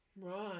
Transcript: Right